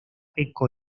eco